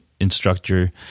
instructor